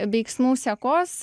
veiksmų sekos